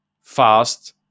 fast